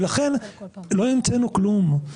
לכן, לא המצאנו כלום.